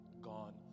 gone